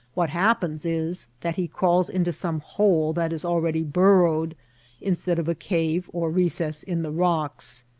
what happens is that he crawls into some hole that is already burrowed instead of a cave or recess in the rocks.